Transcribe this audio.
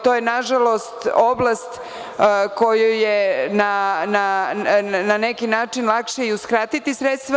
To je, nažalost, oblast kojoj je, na neki način, najlakše uskratiti sredstva.